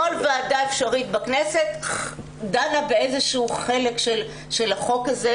כל ועדה אפשרית בכנסת דנה באיזה שהוא חלק של החוק הזה,